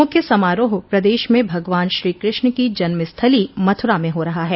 मुख्य समारोह प्रदेश में भगवान श्रीकृष्ण की जन्मस्थली मथुरा में हो रहा है